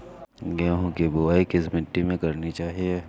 गेहूँ की बुवाई किस मिट्टी में करनी चाहिए?